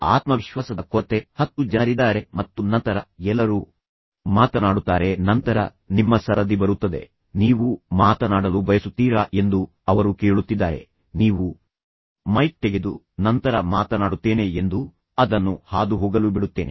ಆತ್ಮವಿಶ್ವಾಸದ ಕೊರತೆ ಹತ್ತು ಜನರಿದ್ದಾರೆ ಮತ್ತು ನಂತರ ಎಲ್ಲರೂ ಮಾತನಾಡುತ್ತಾರೆ ನಂತರ ನಿಮ್ಮ ಸರದಿ ಬರುತ್ತದೆ ನೀವು ಮಾತನಾಡಲು ಬಯಸುತ್ತೀರಾ ಎಂದು ಅವರು ಕೇಳುತ್ತಿದ್ದಾರೆ ನೀವು ಮೈಕ್ ತೆಗೆದು ನಂತರ ಮಾತನಾಡುತ್ತೇನೆ ಎಂದು ಅದನ್ನು ಹಾದುಹೋಗಲು ಬಿಡುತ್ತೇನೆ